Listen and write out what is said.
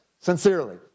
sincerely